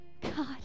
God